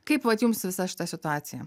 kaip vat jums visa šita situacija